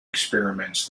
experiments